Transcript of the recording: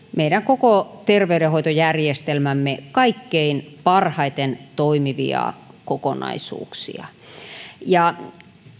meidän koko terveydenhoitojärjestelmämme kaikkein parhaiten toimivia kokonaisuuksia